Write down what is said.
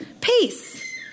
Peace